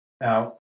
Now